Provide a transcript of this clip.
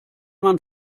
man